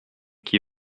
qui